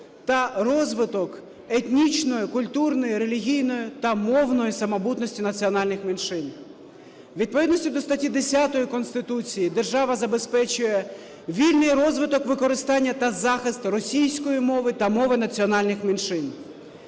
та розвиток етнічної, культурної, релігійної та мовної самобутності національних меншин. У відповідності до статті 10 Конституції держава забезпечує вільний розвиток, використання та захист російської мови та мови національних меншин.